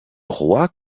roi